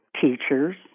teachers